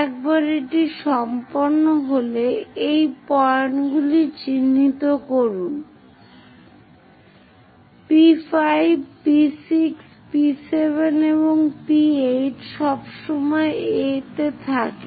একবার এটি সম্পন্ন হলে এই পয়েন্টগুলি চিহ্নিত করুন P5 P6 P7 এবং P8 সবসময় A এ থাকে